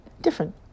different